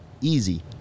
Easy